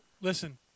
listen